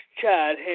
Chad